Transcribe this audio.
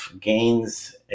gains